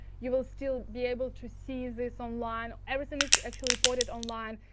you will still be able to see this online. everything is actually reported online.